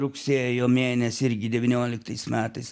rugsėjo mėnesį irgi devynioliktais metais